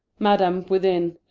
madam, within,